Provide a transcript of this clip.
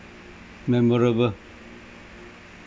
memorable